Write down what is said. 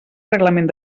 reglament